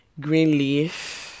Greenleaf